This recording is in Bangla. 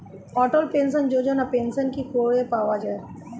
অটল পেনশন যোজনা পেনশন কি করে পায়?